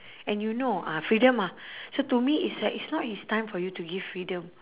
and you know ah freedom ah so to me it's like it's not his time for you to give freedom